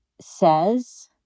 says